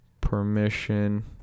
permission